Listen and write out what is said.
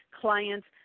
clients